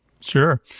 Sure